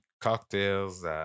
cocktails